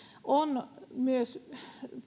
on myös